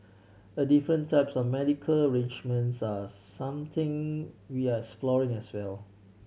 and different types of medical arrangements are something we're exploring as well